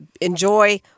enjoy